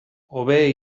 hobe